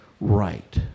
right